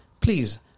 please